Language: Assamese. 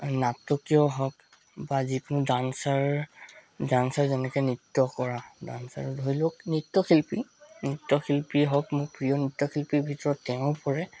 নাটকীয় হওঁক বা যিকোনো ডাঞ্চাৰ ডাঞ্চাৰ যেনেকৈ নৃত্য কৰা ডাঞ্চাৰ ধৰি লওঁক নৃত্যশিল্পী নৃত্যশিল্পীয়ে হওঁক মোৰ প্ৰিয় নৃত্যশিল্পীৰ ভিতৰত তেওঁ পৰে